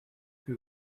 que